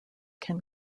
can